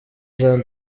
jean